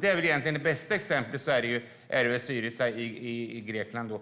Det bästa exemplet är väl Syriza i Grekland.